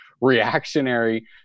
reactionary